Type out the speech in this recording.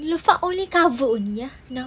neelofa only cover only ah now